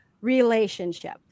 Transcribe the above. relationship